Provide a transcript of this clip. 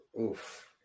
Oof